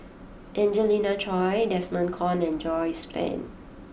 Angelina Choy Desmond Kon and Joyce Fan